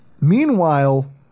Meanwhile